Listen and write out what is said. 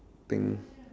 think